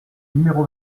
numéro